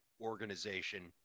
organization